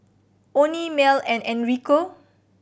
Onie Mell and Enrico